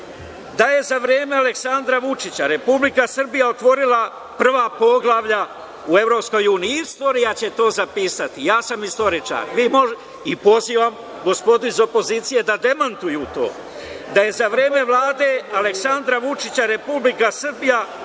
je za vreme Aleksandra Vučića Republika Srbija otvorila prva poglavlja u EU. Istorija će to zapisati. Ja sam istoričar i pozivam gospodu iz opozicije da demantuju to da je za vreme Vlade Aleksandra Vučića Republika Srbija